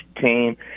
team